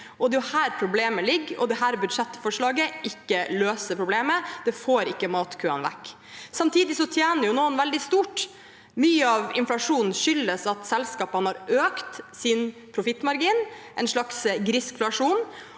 Det er her problemet ligger. Dette budsjettforslaget løser ikke problemet, det får ikke matkøene vekk. Samtidig tjener noen veldig stort. Mye av inflasjonen skyldes at selskapene har økt sin profittmargin, en slags «griskflasjon»,